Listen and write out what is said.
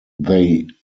they